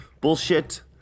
bullshit